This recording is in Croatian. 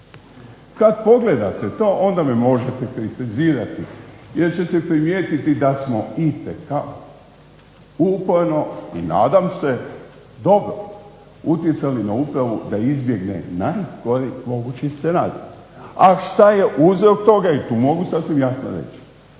Kada pogledate to onda me možete kritizirati jer ćete primijetiti da smo itekako i uporno dobro utjecali na upravu da izbjegne najgori mogući scenarij. A što je uzrok toga to mogu sasvim jasno reći.